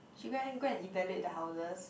she go and go and evaluate the houses